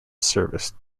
service